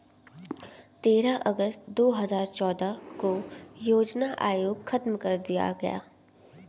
तेरह अगस्त दो हजार चौदह को योजना आयोग खत्म कर दिया गया